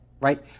right